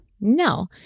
no